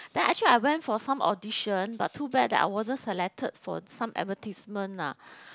then actually I went for some audition but too bad that I wasn't selected for some advertisement lah